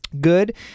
good